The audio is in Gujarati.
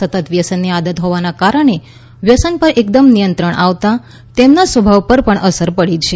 સતત વ્યસનની આદત હોવાના કારણે વ્યસન પર એકદમ નિયંત્રણ આવતાં તેમના સ્વભાવ પર પણ અસર પડી છે